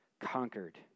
conquered